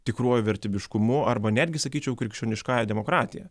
tikruoju vertybiškumu arba netgi sakyčiau krikščioniškąja demokratija